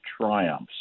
triumphs